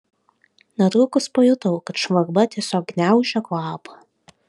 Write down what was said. netrukus pajutau kad žvarba tiesiog gniaužia kvapą